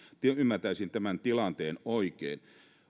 ymmärtäisin tämän tilanteen oikein